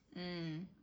mm